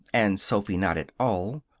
and sophy not at all,